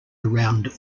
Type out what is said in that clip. around